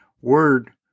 word